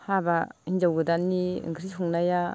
हाबा हिन्जाव गोदाननि ओंख्रि संनाया